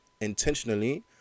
intentionally